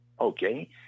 Okay